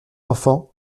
enfant